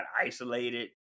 isolated